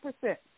percent